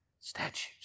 statutes